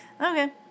Okay